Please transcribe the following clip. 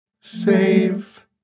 Save